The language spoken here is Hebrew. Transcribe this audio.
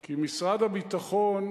כי משרד הביטחון,